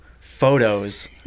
photos